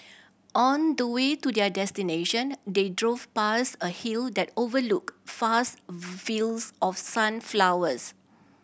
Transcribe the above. on the way to their destination they drove past a hill that overlooked fast fields of sunflowers